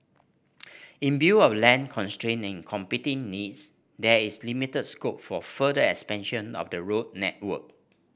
in view of land competing needs there is limited scope for further expansion of the road network